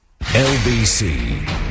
LBC